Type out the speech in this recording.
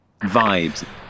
vibes